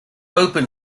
open